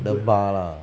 the bar lah